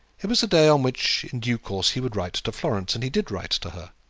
it was the day on which, in due course, he would write to florence and he did write to her.